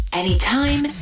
anytime